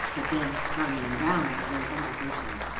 but then, charmian brown is a very humble person,